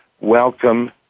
welcome